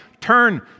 turn